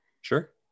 Sure